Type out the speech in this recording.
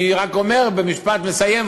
אני רק אומר במשפט מסיים,